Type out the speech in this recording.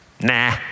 Nah